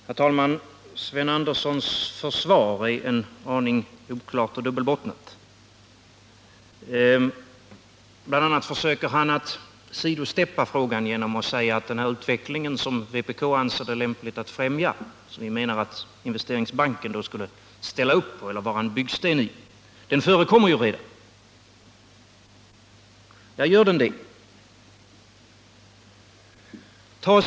Herr talman! Sven Anderssons i Örebro försvar är en aning oklart och dubbelbottnat. Bl. a. försöker han sidsteppa frågan genom att säga att vi redan har den utveckling som vpk anser det vara lämpligt att främja och som vi menar att Investeringsbanken skulle utgöra en byggsten i. Men har vi en sådan utveckling?